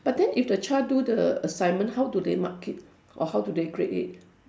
but then if the child do the assignment how do they mark it or how do they grade it